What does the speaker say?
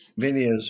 videos